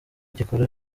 gikora